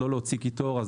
אמרת לא להוציא קיטור,